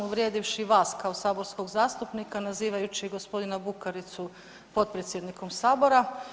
Uvrijedivši vas kao saborskog zastupnika nazivajući gospodina Bukaricu potpredsjednikom Sabora.